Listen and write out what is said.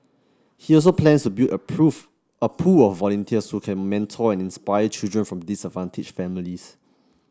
he also plans to build a a pool of volunteers who can mentor and inspire children from disadvantaged families